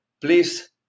Please